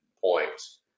points